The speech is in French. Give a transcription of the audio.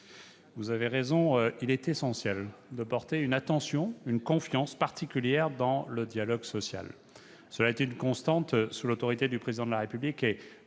Richard, il est essentiel de porter une attention et une confiance particulières au dialogue social. Cela a été une constante, sous l'autorité du Président de la République